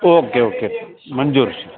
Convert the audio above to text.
okay okay મંજૂર છે